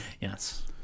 Yes